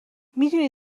میدونی